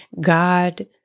God